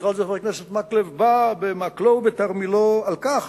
ובכלל זה חבר הכנסת מקלב בא במקלו ובתרמילו על כך